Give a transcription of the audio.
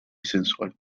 sensual